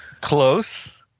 Close